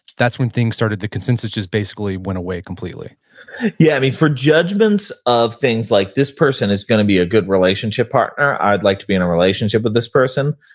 that's when things started, the consensus just basically went away completely yeah. i mean for judgments of things like this person is going to be a good relationship partner. i'd like to be in a relationship with this person.